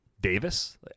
Davis